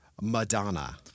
Madonna